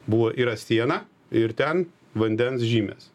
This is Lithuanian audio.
buvo yra siena ir ten vandens žymės